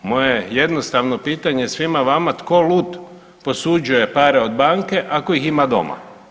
Moje jednostavno pitanje svima vama, tko lud posuđuje pare od banke ako ih ima doma?